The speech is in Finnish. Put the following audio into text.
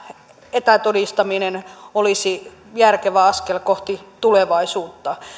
etätodistaminen olisi järkevä askel kohti tulevaisuutta